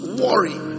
worry